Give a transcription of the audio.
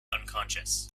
unconscious